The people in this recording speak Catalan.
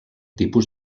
tipus